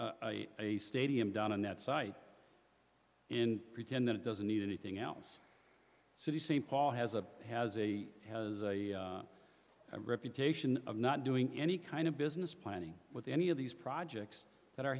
plug a stadium down on that site in pretend that it doesn't need anything else city st paul has a has a has a reputation of not doing any kind of business planning with any of these projects that are